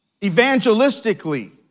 Evangelistically